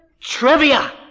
trivia